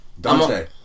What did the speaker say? Dante